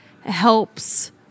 helps